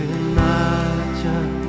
imagine